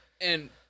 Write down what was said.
And-